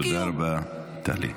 תודה רבה, טלי.